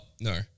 No